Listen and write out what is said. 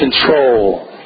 control